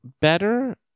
better